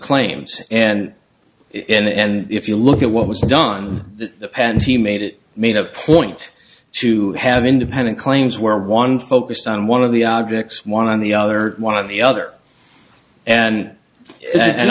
claims and and if you look at what was done the patent he made it made a point to have independent claims where one focused on one of the objects one on the other one on the other and and